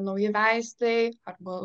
nauji vaistai arba